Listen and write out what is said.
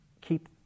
keep